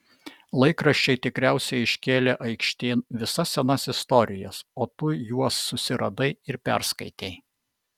laikraščiai tikriausiai iškėlė aikštėn visas senas istorijas o tu juos susiradai ir perskaitei